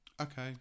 Okay